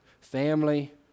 family